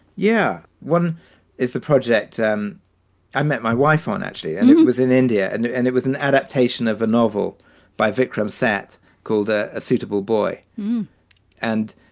yeah, one is the project um i met my wife on. actually, and i was in india and it and it was an adaptation of a novel by vikram seth called ah a suitable boy and.